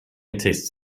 tastes